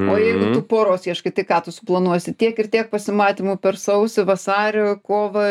o jeigu tu poros ieškai tai ką tu suplanuosi tiek ir tiek pasimatymų per sausį vasarį kovą